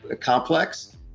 complex